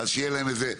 אז שיהיה להם איזה.